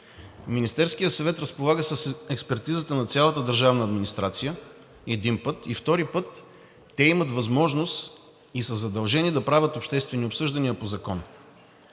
Министерският съвет разполага с експертизата на цялата държавна администрация – един път, и втори път – те имат възможност и са задължени да правят обществени обсъждания по закон.